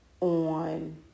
on